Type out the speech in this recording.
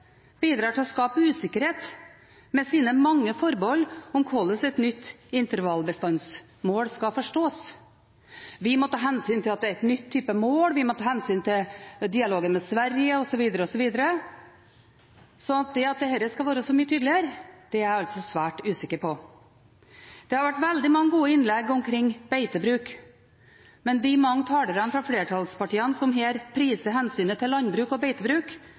bidrar til å skape usikkerhet med sine mange forbehold om hvordan et nytt intervallbestandsmål skal forstås – vi må ta hensyn til at det er en ny type mål, vi må ta hensyn til dialogen med Sverige osv., osv. Så at dette skal være så mye tydeligere, er jeg svært usikker på. Det har vært veldig mange gode innlegg omkring beitebruk, men de mange talerne fra flertallspartiene som her priser hensynet til landbruk og beitebruk,